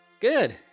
good